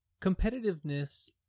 competitiveness